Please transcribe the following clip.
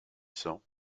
cents